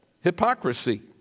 hypocrisy